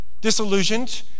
disillusioned